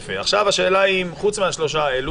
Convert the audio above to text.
עכשיו השאלה היא האם חוץ מהשלושה האלה,